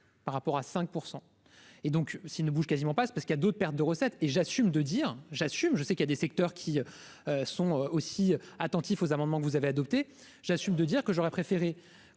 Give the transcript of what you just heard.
par rapport à 5 % et donc s'il ne bouge quasiment parce parce qu'il y a d'autres pertes de recettes et j'assume de dire j'assume, je sais qu'il y a des secteurs qui sont aussi attentifs aux amendements que vous avez adopté j'assume de dire que j'aurais préféré